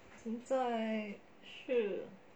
现在是